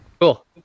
cool